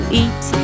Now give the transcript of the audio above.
eat